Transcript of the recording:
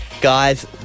guys